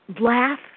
Laugh